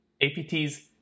APTs